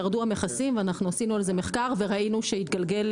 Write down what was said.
ירדו המכסים ואנחנו עשינו על זה מחקר וראינו שהתגלגל